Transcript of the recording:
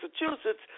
Massachusetts